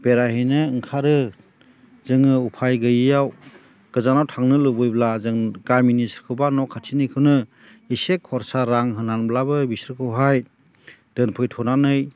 बेरायहैनो ओंखारो जोङो उफाय गैयियाव गोजानाव थांनो लुबैब्ला जों गामिनि सोरखौबा न' खाथिनिखौनो इसे खरसा रां होनानैब्लाबो बिसोरखौहाय दोनफैथ'नानै